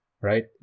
Right